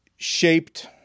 Shaped